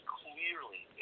clearly